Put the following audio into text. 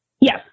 Yes